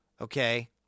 Okay